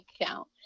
account